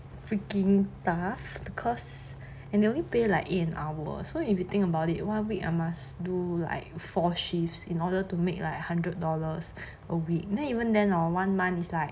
freaking tough because and they only pay like eight an hour so if you think about it one week I must do like four shifts in order to make like hundred dollars a week then even then hor one month is like